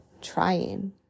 trying